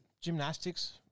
gymnastics